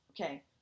Okay